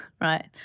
right